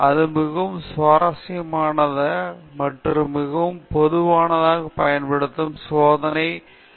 இது மிகவும் சுவாரஸ்யமான மற்றும் மிகவும் பொதுவாக பயன்படுத்தப்படும் சோதனைகள் வடிவமைக்கப்பட்டுள்ளது